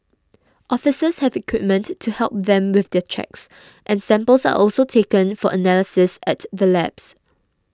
officers have equipment to help them with the checks and samples are also taken for analysis at the labs